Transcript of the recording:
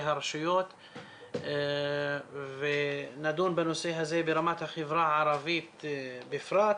הרשויות ונדון בנושא הזה ברמת החברה הערבית בפרט,